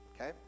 okay